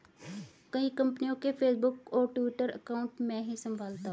कई कंपनियों के फेसबुक और ट्विटर अकाउंट मैं ही संभालता हूं